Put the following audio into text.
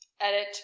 Edit